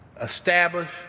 establish